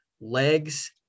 legs